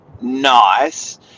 Nice